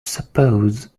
suppose